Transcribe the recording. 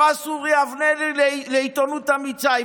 פרס אורי אבנרי לעיתונות אמיצה,